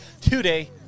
today